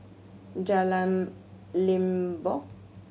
Jalan Limbok